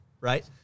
right